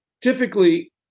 Typically